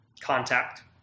contact